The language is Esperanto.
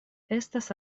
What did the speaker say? estas